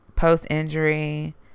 post-injury